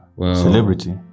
celebrity